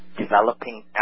developing